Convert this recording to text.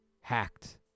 hacked